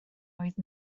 oedd